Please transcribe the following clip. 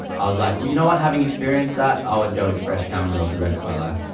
i was like, well, you know what, having experienced that, i would go with fresh cow manure for the rest of my life.